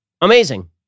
Amazing